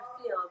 field